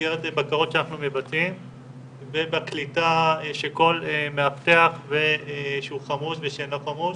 במסגרת בקרות שאנחנו מבצעים ובקליטה של כל מאבטח שהוא חמוש ושאינו חמוש,